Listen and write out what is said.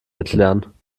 erklären